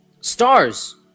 stars